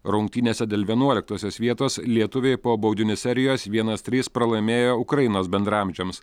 rungtynėse dėl vienuoliktosios vietos lietuviai po baudinių serijos vienas trys pralaimėjo ukrainos bendraamžiams